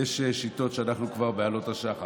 יש שיטות שלפיהן אנחנו כבר בעלות השחר,